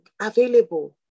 available